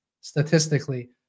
statistically